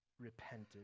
repented